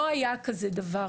לא היה כזה דבר.